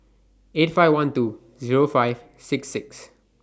eight five one two Zero five six six